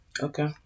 Okay